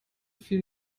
viel